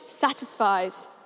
satisfies